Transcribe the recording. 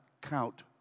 count